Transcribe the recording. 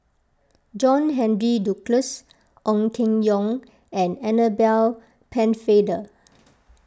John Henry Duclos Ong Keng Yong and Annabel Pennefather